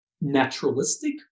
naturalistic